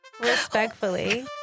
Respectfully